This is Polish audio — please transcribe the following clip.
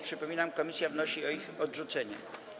Przypominam, że komisja wnosi o ich odrzucenie.